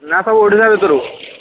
ନା ସବୁ ଓଡ଼ିଶା ଭିତରୁ